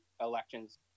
elections